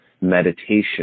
Meditation